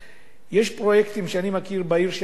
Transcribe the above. פרויקטים שאני מכיר בעיר שאני גר בה,